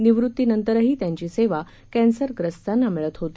निवृत्तीनंतरही त्यांची सेवा कॅन्सख्यस्तांना मिळत होती